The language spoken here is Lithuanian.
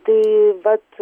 tai vat